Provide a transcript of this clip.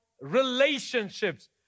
relationships